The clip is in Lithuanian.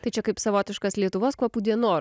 tai čia kaip savotiškas lietuvos kvapų dienor